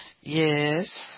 Yes